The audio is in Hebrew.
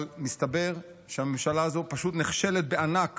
אבל מסתבר שהממשלה הזו פשוט נכשלת בענק